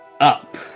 up